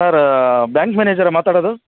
sir bank ಮ್ಯಾನೇಜರಾ ಮಾತಾಡೊದು